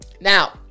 Now